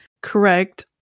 correct